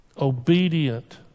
obedient